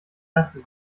ersten